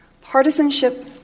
Partisanship